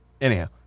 Anyhow